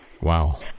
Wow